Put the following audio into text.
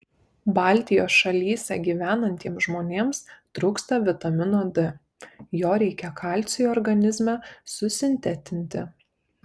baltijos šalyse gyvenantiems žmonėms trūksta vitamino d jo reikia kalciui organizme susintetinti